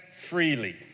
freely